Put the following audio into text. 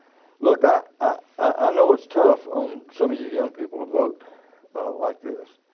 look i i know it's tough on some of you young people to vote like this.